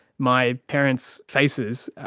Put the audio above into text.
my parents' faces,